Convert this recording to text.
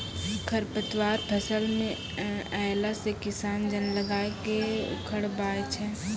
खरपतवार फसल मे अैला से किसान जन लगाय के उखड़बाय छै